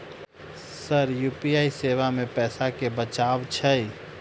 Sir UPI सेवा मे पैसा केँ बचाब छैय?